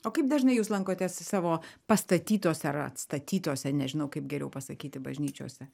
o kaip dažnai jūs lankotės savo pastatytose ar atstatytose nežinau kaip geriau pasakyti bažnyčiose